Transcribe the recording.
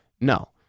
No